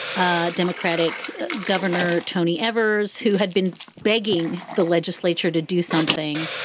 ah democratic governor tony evers, who had been begging the legislature to do something